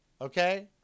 okay